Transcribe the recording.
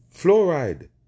Fluoride